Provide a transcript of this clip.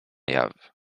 jaw